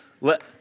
Let